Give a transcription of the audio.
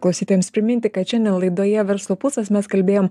klausytojams priminti kad šiandien laidoje verslo pulsas mes kalbėjom